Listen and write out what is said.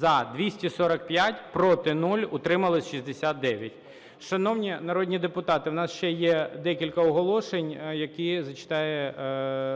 За-245 Проти – 0, утримались – 69. Шановні народні депутати, у нас ще є декілька оголошень, які зачитає